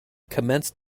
commenced